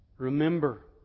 Remember